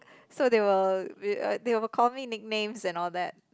so they will uh they will call me nicknames and all that